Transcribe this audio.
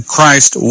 Christ